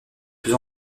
plus